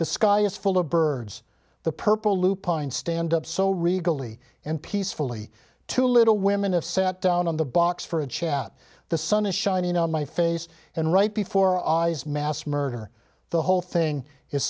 the sky is full of birds the purple lupine stand up so regally and peacefully two little women have sat down on the box for a chat the sun is shining on my face and right before our eyes mass murder the whole thing is